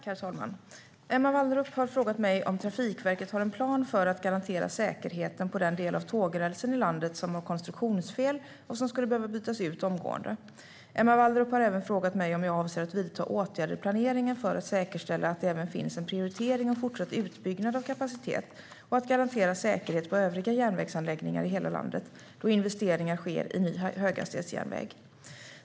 Herr talman! Emma Wallrup har frågat mig om Trafikverket har en plan för att garantera säkerheten på den del av tågrälsen i landet som har konstruktionsfel och som skulle behöva bytas ut omgående. Emma Wallrup har även frågat mig om jag avser att vidta åtgärder i planeringen för att säkerställa att det även finns en prioritering av fortsatt utbyggnad av kapacitet och att garantera säkerhet på övriga järnvägsanläggningar i hela landet, då investeringar sker i ny höghastighetsjärnväg.